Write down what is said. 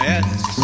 Yes